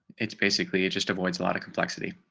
it's basically just avoid a lot of complexity.